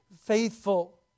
faithful